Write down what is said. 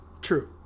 true